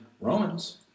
Romans